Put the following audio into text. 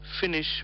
finish